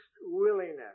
willingness